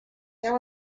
there